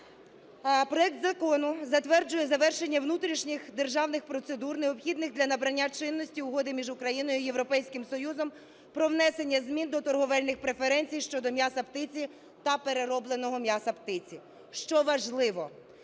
Проект Закону затверджує завершення внутрішніх державних процедур, необхідних для набрання чинності Угоди між Україною і Європейським Союзом про внесення змін до торговельних преференцій щодо м'яса птиці та переробленого м'яса птиці. Що важливо,